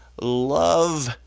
love